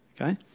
Okay